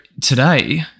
today